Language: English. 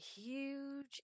huge